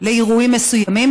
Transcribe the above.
לאירועים מסוימים.